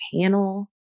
panel